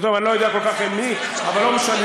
טוב, אני לא יודע כל כך עם מי, אבל לא משנה.